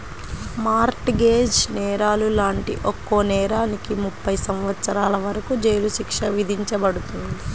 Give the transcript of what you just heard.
mart gauge నేరాలు లాంటి ఒక్కో నేరానికి ముప్పై సంవత్సరాల వరకు జైలు శిక్ష విధించబడుతుంది